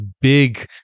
big